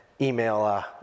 email